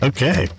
Okay